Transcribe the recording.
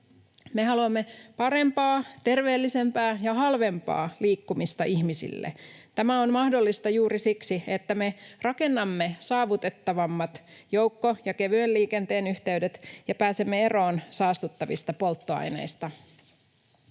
Me haluamme parempaa, terveellisempää ja halvempaa liikkumista ihmisille. Tämä on mahdollista juuri siksi, että me rakennamme saavutettavammat joukko- ja kevyen liikenteen yhteydet ja pääsemme eroon saastuttavista polttoaineista.